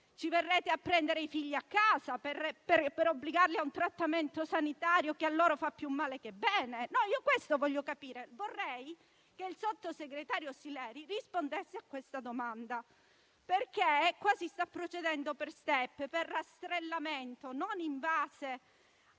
Andrete a prendere i nostri figli a casa per obbligarli a un trattamento sanitario che a loro fa più male che bene? Questo voglio capire. Vorrei che il sottosegretario Sileri rispondesse a questa domanda. Qui si sta procedendo per *step*, per rastrellamento, e non a